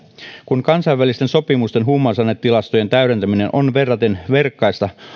kun kansainvälisten sopimusten huumausainetilastojen täydentäminen on verraten verkkaista